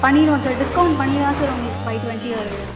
பண்ணிடுவோம் sir discount பண்ணி தான் சார் உங்களுக்கு ஃபைவ் டுவெண்ட்டி வருது